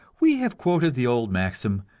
we have quoted the old maxim,